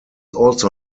also